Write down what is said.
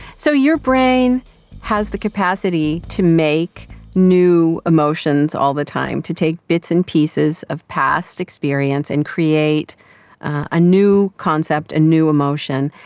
so your brain has the capacity to make new emotions all the time, to take bits and pieces of past experience and create a new concept, a new emotion.